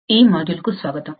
ఈ మాడ్యూల్కు స్వాగతం